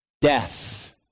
Death